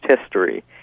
history